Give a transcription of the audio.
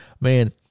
man